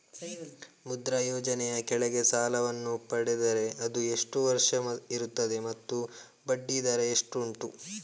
ಮುದ್ರಾ ಯೋಜನೆ ಯ ಕೆಳಗೆ ಸಾಲ ವನ್ನು ಪಡೆದರೆ ಅದು ಎಷ್ಟು ವರುಷ ಇರುತ್ತದೆ ಮತ್ತು ಬಡ್ಡಿ ದರ ಎಷ್ಟು ಉಂಟು?